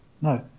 No